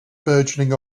burgeoning